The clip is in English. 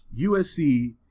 USC